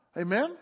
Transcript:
Amen